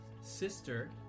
sister